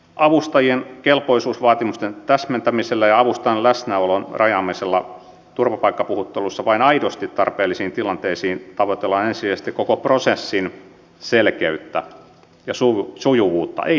avustajien kelpoisuusvaatimusten täsmentämisellä ja avustajan läsnäolon rajaamisella turvapaikkapuhuttelussa vain aidosti tarpeellisiin tilanteisiin tavoitellaan ensisijaisesti koko prosessin selkeyttä ja sujuvuutta ei niinkään kustannussäästöjä